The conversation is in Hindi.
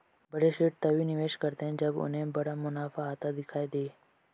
बड़े सेठ तभी निवेश करते हैं जब उन्हें बड़ा मुनाफा आता दिखाई दे